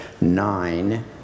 nine